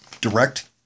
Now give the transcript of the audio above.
direct